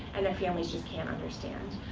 and their families just can't understand.